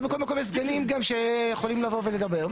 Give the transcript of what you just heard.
לא בכל מקום יש סגנים שיכולים לבוא ולדבר.